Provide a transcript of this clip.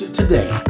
today